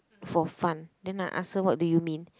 for fun then I ask her what do you mean